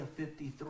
53